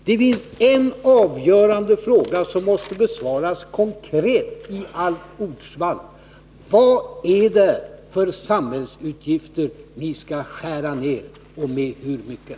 Det finns en avgörande fråga som måste besvaras konkret i allt ordsvall: Vad är det för samhällsutgifter ni skall skära ned och med hur mycket?